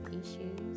issues